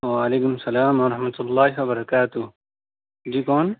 وعلیکم السلام و رحمۃ اللہ و برکاتہ جی کون